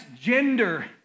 gender